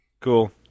cool